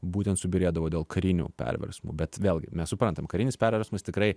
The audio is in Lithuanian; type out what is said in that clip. būtent subyrėdavo dėl karinių perversmų bet vėlgi mes suprantam karinis perversmas tikrai